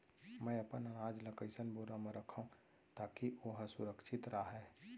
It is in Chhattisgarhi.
मैं अपन अनाज ला कइसन बोरा म रखव ताकी ओहा सुरक्षित राहय?